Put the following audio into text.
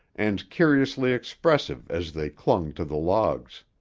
and curiously expressive as they clung to the logs.